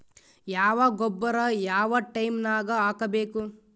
ಯಾವ ಗೊಬ್ಬರ ಯಾವ ಟೈಮ್ ನಾಗ ಹಾಕಬೇಕು?